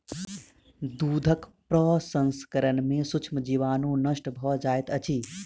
दूधक प्रसंस्करण में सूक्ष्म जीवाणु नष्ट भ जाइत अछि